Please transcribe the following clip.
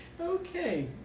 Okay